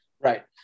Right